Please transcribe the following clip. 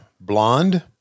Blonde